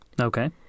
Okay